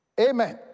amen